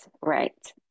right